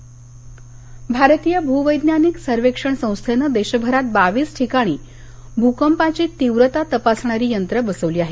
भकंपमापक यंत्र भारतीय भूवेज्ञानिक सर्वेक्षण संस्थेनं देशभरात बावीस ठिकाणी भूकंपाची तीव्रता तपासणारी यंत्र बसवली आहेत